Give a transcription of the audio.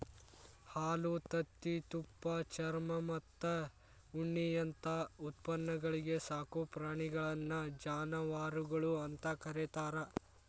ಹಾಲು, ತತ್ತಿ, ತುಪ್ಪ, ಚರ್ಮಮತ್ತ ಉಣ್ಣಿಯಂತ ಉತ್ಪನ್ನಗಳಿಗೆ ಸಾಕೋ ಪ್ರಾಣಿಗಳನ್ನ ಜಾನವಾರಗಳು ಅಂತ ಕರೇತಾರ